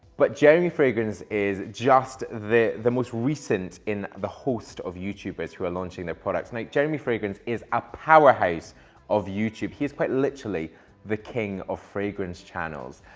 but jeremy fragrance is just the the most recent in the host of youtubers who are launching their products. now, jeremy fragrance is a powerhouse of youtube. he's quite literally the king of fragrance channels.